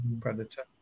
predator